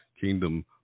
Kingdom